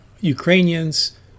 Ukrainians